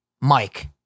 Mike